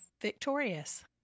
Victorious